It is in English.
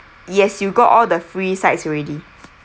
yes you got all the free sides already